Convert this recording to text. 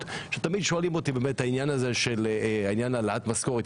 ששואלים אותי בעניין של העלאת המשכורת,